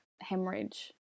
hemorrhage